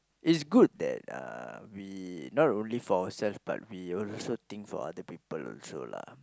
it's good that uh we not only for ourselves but we also think for other people also lah